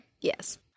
Yes